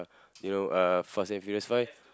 you know uh fast and furious five